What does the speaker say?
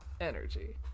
energy